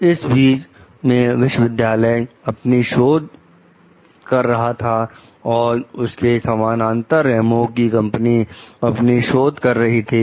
इस बीच में विश्वविद्यालय अपनी शोध कर रहा था और उसके समानांतर रेमो की कंपनियां अपनी शोध कर रही थी